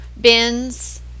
bins